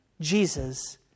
Jesus